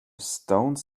stone